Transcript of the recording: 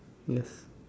yes